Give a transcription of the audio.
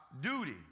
duty